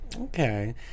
Okay